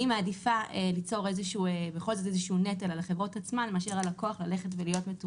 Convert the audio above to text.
אני מעדיפה ליצור איזשהו נטל על החברות עצמן מאשר על הלקוח להיות מטורטר